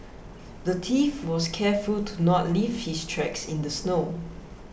the thief was careful to not leave his tracks in the snow